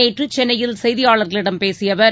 நேற்று சென்னையில் செய்தியாளர்களிடம் பேசிய அவர்